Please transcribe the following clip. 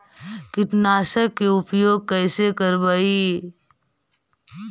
कीटनाशक के उपयोग कैसे करबइ?